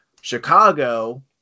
Chicago